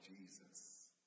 Jesus